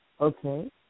Okay